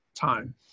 time